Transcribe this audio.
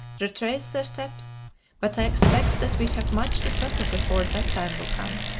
retrace their steps but i expect that we have much to suffer before that time will come.